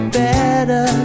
better